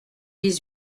dix